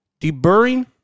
deburring